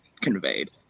conveyed